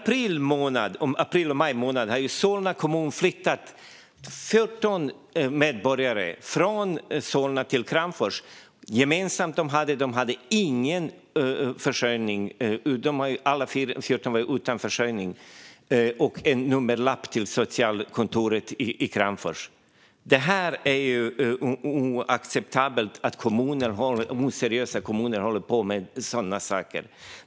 Under april och maj flyttade Solna kommun 14 medborgare från Solna till Kramfors. Gemensamt för alla 14 var att de saknade försörjning och fick en nummerlapp till socialkontoret i Kramfors. Det är oacceptabelt att oseriösa kommuner håller på med sådana saker.